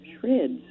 shreds